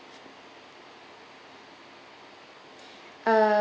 uh